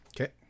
Okay